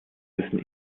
müssen